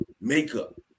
makeup